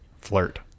flirt